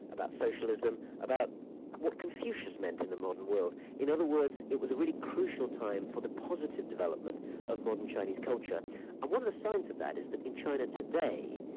about socialism, about what confucius meant in the modern world. in other words, it was a really crucial time for the positive development of modern chinese culture, and one of the signs of that is that in china today,